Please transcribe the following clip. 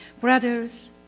Brothers